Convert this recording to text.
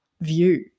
view